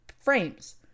frames